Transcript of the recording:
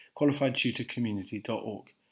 qualifiedtutorcommunity.org